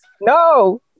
No